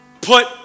put